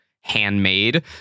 handmade